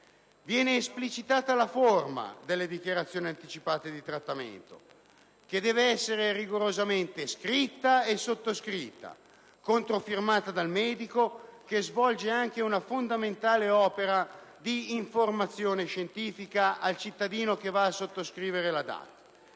Viene esplicitata la forma della DAT, che deve essere rigorosamente scritta e sottoscritta, controfirmata dal medico che svolge anche una fondamentale opera di informazione scientifica al cittadino che la sottoscrive. La DAT